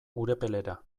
urepelera